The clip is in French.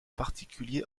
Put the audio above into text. particulier